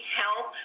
help